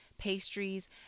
pastries